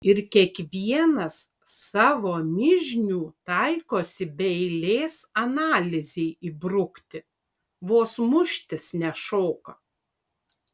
ir kiekvienas savo mižnių taikosi be eilės analizei įbrukti vos muštis nešoka